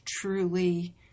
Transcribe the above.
truly